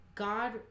God